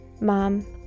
Mom